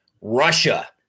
russia